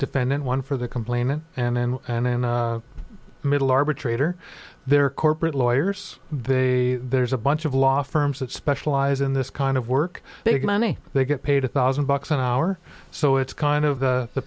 defendant one for the complainant and then and in the middle arbitrator their corporate lawyers they there's a bunch of law firms that specialize in this kind of work big money they get paid a thousand bucks an hour so it's kind of the